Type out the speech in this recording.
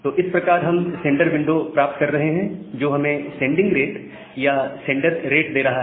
तो इस प्रकार हम सेंडर विंडो प्राप्त कर रहे हैं जो हमें सेंडिंग रेट या सेंडर रेट दे रहा है